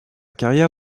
carrière